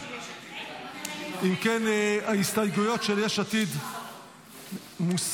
אם כן, ההסתייגויות של יש עתיד מוסרות,